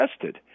tested